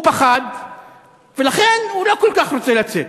הוא פחד ולכן הוא לא כל כך רוצה לצאת.